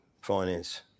finance